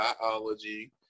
biology